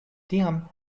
tiam